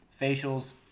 Facials